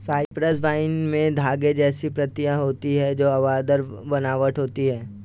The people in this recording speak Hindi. साइप्रस वाइन में धागे जैसी पत्तियां होती हैं जो हवादार बनावट देती हैं